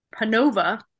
Panova